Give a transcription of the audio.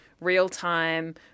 real-time